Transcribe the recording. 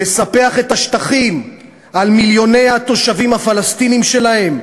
לספח את השטחים על מיליוני התושבים הפלסטינים שלהם?